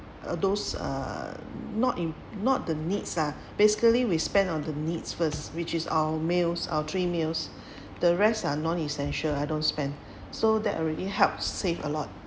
uh those err not in not the needs uh basically we spend on the needs first which is our meals our three meals the rest are non-essential I don't spend so that already helped save a lot